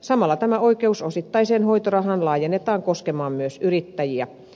samalla oikeus osittaiseen hoitorahaan laajennetaan koskemaan myös yrittäjiä